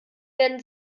werden